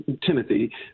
Timothy